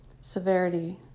severity